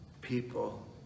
people